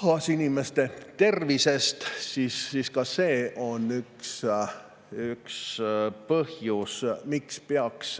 kaasinimeste tervisest, siis on ka see üks põhjus, miks peaks